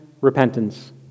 repentance